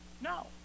No